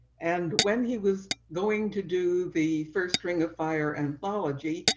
and when he was going to do the first ring of fire anthology.